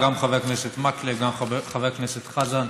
גם חבר הכנסת מקלב, וגם חבר הכנסת חזן,